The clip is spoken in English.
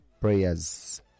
prayers